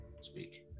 speak